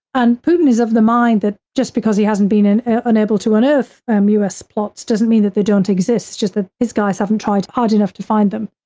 and putin is of the mind that just because he hasn't been and unable to unearth um us plots doesn't mean that they don't exist just that his guys haven't tried hard enough to find them.